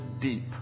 deep